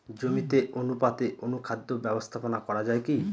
জমিতে অনুপাতে অনুখাদ্য ব্যবস্থাপনা করা য়ায় কি?